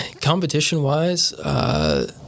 competition-wise